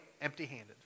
empty-handed